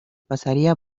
pasaría